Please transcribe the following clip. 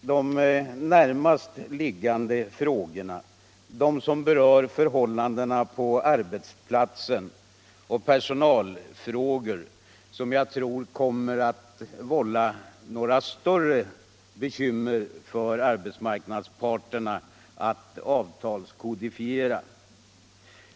de närmast liggande frågorna, de som berör förhållandena på arbetsplatsen och personalpolitiken, som jag tror kommer att vålla de stora svårigheterna för arbetsmarknadsparterna att avtalskodifiera.